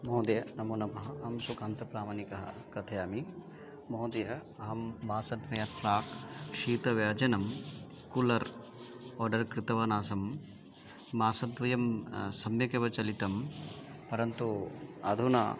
महोदय नमो नमः अहं सुखान्तप्रामानिकः कथयामि महोदय अहं मासद्वयात् प्राक् शीतव्यजनं कुलर् आर्डर् कृतवान् आसं मासद्वयं सम्यकेव चलितं परन्तु अधुना